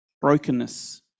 brokenness